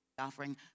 offering